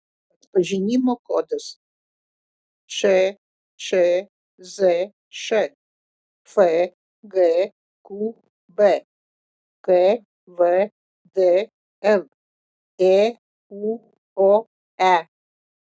atpažinimo kodas ččzš fgqb kvdl ėuoe